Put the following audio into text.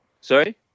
Sorry